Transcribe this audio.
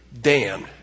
Dan